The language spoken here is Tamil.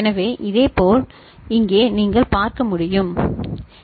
எனவே இதேபோல் இங்கே நீங்கள் பார்க்க முடியும் அது சரி